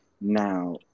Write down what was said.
now